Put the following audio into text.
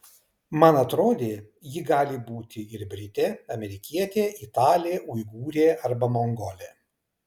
man atrodė ji gali būti ir britė amerikietė italė uigūrė arba mongolė